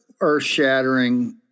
earth-shattering